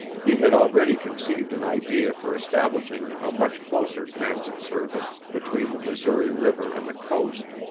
he had already conceived an idea for establishing a much closer transit service between the missouri river and the coast,